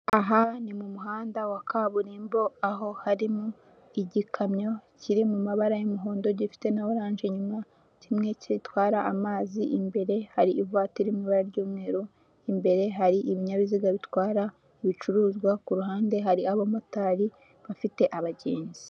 Aha ni mu muhanda wa kaburimbo, aho harimo igikamyo kiri mu mabara y'umuhondo gifite na oranje inyuma, kimwe kitwara amazi, imbere hari ivatiri iri mu ibara ry'umweru, imbere hari ibinyabiziga bitwara ibicuruzwa, ku ruhande hari abamotari bafite abagenzi.